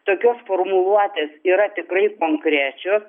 tokios formuluotės yra tikrai konkrečios